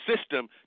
system